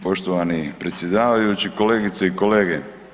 Poštovani predsjedavajući, kolegice i kolege.